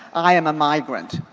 i am a migrant.